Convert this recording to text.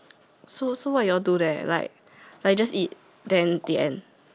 so so what your do there like like just eat then the end